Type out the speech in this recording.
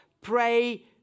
pray